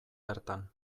bertan